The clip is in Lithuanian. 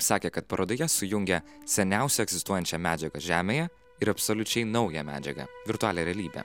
sakė kad parodoje sujungia seniausią egzistuojančią medžiagą žemėje ir absoliučiai naują medžiagą virtualią realybę